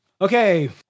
Okay